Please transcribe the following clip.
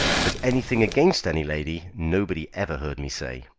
but anything against any lady nobody ever heard me say.